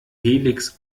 helix